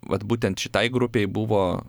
vat būtent šitai grupei buvo